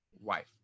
wife